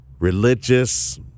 religious